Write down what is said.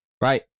right